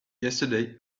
yesterday